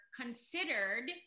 considered